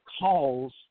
calls